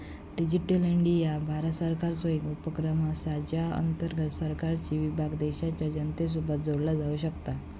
digital India Bharat सरकारचो एक उपक्रम असा ज्या अंतर्गत सरकारी विभाग देशाच्या जनतेसोबत जोडला जाऊ शकता